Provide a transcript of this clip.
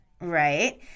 Right